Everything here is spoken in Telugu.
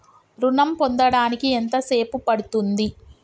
ఋణం పొందడానికి ఎంత సేపు పడ్తుంది?